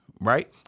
Right